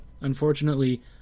unfortunately